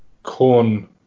corn